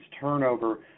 turnover